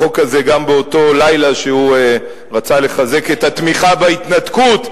בחוק הזה גם באותו לילה שבו הוא רצה לחזק את התמיכה בהתנתקות,